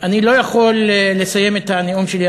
אני לא יכול לסיים את הנאום שלי,